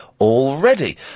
already